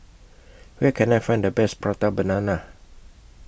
Where Can I Find The Best Prata Banana